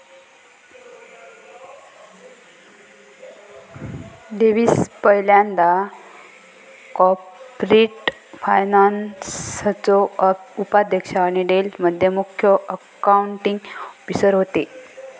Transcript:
Davis पयल्यांदा corporate फायनान्सचो उपाध्यक्ष आणि डेल मध्ये मुख्य अकाउंटींग ऑफिसर होते